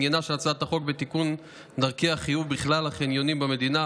עניינה של הצעת החוק בתיקון דרכי החיוב בכלל החניונים במדינה.